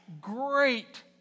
great